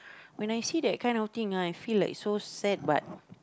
when I see that kind of thing ah I feel like so sad but